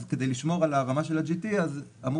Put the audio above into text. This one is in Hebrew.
אז כדי לשמור על הרמה של ה-GT אמרו,